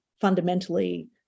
fundamentally